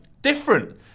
different